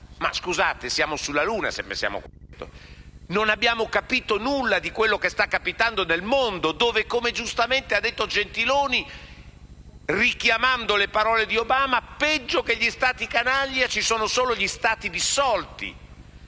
Ma scusate, siamo sulla luna se pensiamo questo. Non abbiamo capito nulla di ciò che sta capitando nel mondo dove, come giustamente ha detto il ministro Gentiloni Silveri richiamando le parole di Obama, peggio degli Stati canaglia ci sono solo gli Stati dissolti.